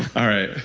all right.